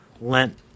Lent